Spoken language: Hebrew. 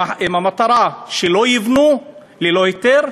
אם המטרה שלא יבנו ללא היתר,